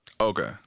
Okay